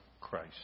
Christ